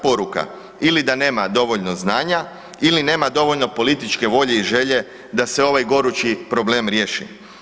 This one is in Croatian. poruka ili da nema dovoljno znanja, ili nema dovoljno političke volje i želje da se ovaj gorući problem riješi.